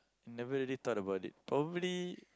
I never really thought about it probably